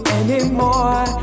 anymore